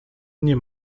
nie